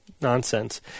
nonsense